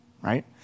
Right